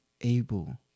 able